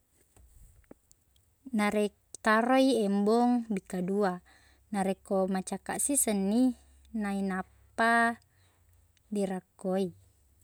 Narek- taro i embong bekke dua. Narekko macakkaq sisengni, nainappa dirakko i.